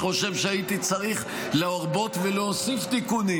שחושב שהייתי צריך להרבות ולהוסיף תיקונים,